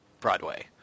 Broadway